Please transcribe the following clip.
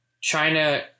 China